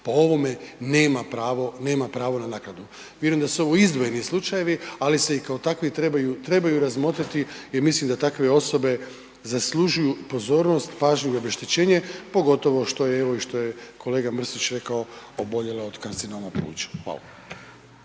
po ovome nema pravo na naknadu. Vjerujem da su ovo izdvojeni slučajevi, ali se i kao takvi trebaju razmotriti jer mislim da takve osobe zaslužuju pozornost, pažnju i obeštećenje, pogotovo što je, evo i što je kolega Mrsić rekao, oboljela od karcinoma pluća. Hvala.